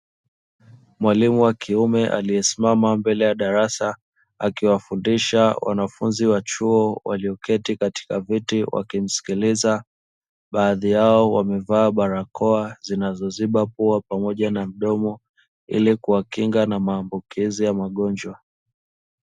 Mwalimu wa kiume aliesimama mbele ya darasa akiwafundisha wanafunzi wa chuo walioketi katika viti wakimsikiliza, baadhi yao wamevaa barakoa zinazoziba pua pamoja na mdomo ili kuwakinga na maambukizi ya magonjwa.